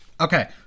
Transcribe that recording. Okay